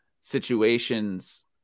situations